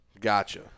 Gotcha